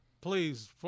Please